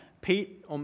Pete